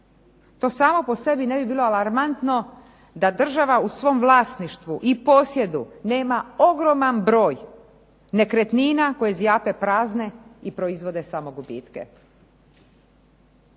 To samo po sebi ne bi bilo alarmantno da država u svom vlasništvu i posjedu nema ogroman broj nekretnina koje zjape prazne i proizvode samo gubitke